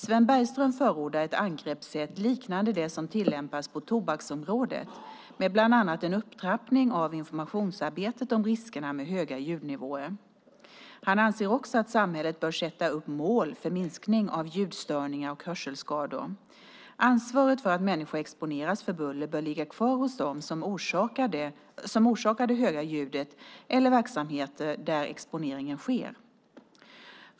Sven Bergström förordar ett angreppssätt liknande det som tillämpas på tobaksområdet, med bland annat en upptrappning av informationsarbetet om riskerna med höga ljudnivåer. Han anser också att samhället bör sätta upp mål för minskning av ljudstörningar och hörselskador. Ansvaret för att människor exponeras för buller bör ligga kvar hos dem som orsakar det höga ljudet eller verksamheten där exponeringen sker.